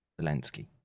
Zelensky